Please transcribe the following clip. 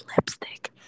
lipstick